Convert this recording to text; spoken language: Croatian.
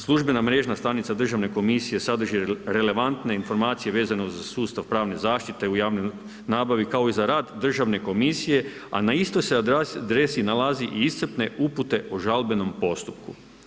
Službena mrežna stanca Državne komisije sadrži relevantne informacije vezano za sustav pravne zaštite u javnoj nabavi kao i za rad Državne komisije a na istoj se adresi nalazi i iscrpne upute o žalbenom postupku.